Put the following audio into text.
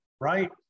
right